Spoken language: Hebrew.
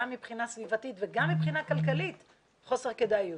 גם מבחינה סביבתית וגם מבחינה כלכלית חוסר כדאיות.